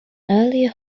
earlier